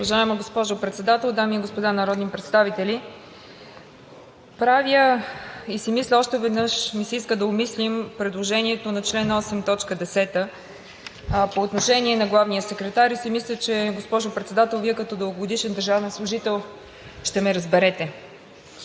Уважаема госпожо Председател, дами и господа народни представители! Още веднъж ми се иска да обмислим предложението на чл. 8, т. 10 по отношение на главния секретар и си мисля, госпожо Председател, че Вие като дългогодишен държавен служител, ще ме разберете.